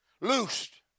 loosed